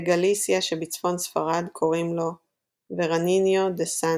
בגליסיה שבצפון ספרד קוראים לו Veraniño de San